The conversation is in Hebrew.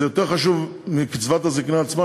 זה יותר חשוב מקצבת הזיקנה עצמה,